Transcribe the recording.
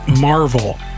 marvel